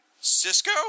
Cisco